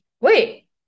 wait